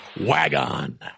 Wagon